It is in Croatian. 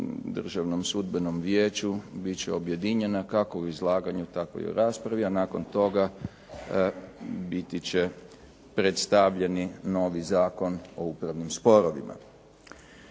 državnom sudbenom vijeću bit će objedinjena kako u izlaganju tako i u raspravi, a nakon toga biti će predstavljeni novi Zakon o upravnim sporovima.